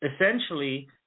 essentially